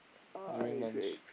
during lunch